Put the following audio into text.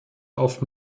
auf